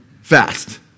fast